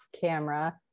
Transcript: camera